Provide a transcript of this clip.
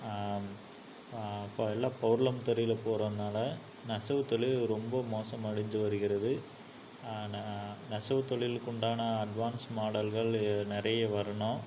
இப்போது எல்லாம் பொருளும் துறையில் போகிறதுனால நெசவுத் தொழில் ரொம்ப மோசமடைந்து வருகிறது நெசவுத் தொழிலுக்கு உண்டான அட்வான்ஸ் மாடல்கள் நிறைய வரணும்